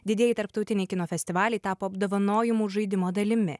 didieji tarptautiniai kino festivaliai tapo apdovanojimų žaidimo dalimi